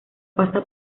pasa